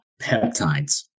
peptides